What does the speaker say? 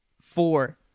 Four